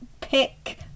pick